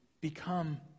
become